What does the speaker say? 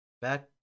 back